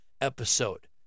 episode